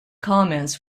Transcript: comments